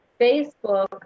Facebook